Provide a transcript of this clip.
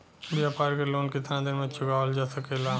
व्यापार के लोन कितना दिन मे चुकावल जा सकेला?